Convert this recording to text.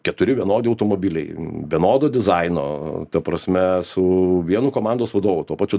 keturi vienodi automobiliai vienodo dizaino ta prasme su vienu komandos vadovu tuo pačiu